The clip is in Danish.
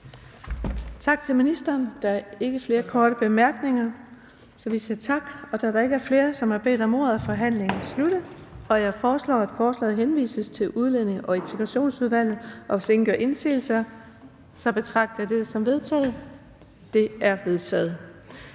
Tak til ministeren. Der er ikke flere korte bemærkninger. Så vi siger tak. Da der ikke er flere, som har bedt om ordet, er forhandlingen sluttet. Jeg foreslår, at forslaget til folketingsbeslutning henvises til Udlændinge- og Integrationsudvalget. Hvis ingen gør indsigelse, betragter jeg dette som vedtaget. Det er vedtaget.